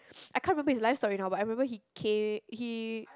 I can't remember his life story now but I remember he came he